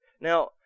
Now